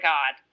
God